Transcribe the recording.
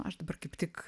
aš dabar kaip tik